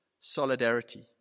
solidarity